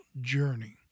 journey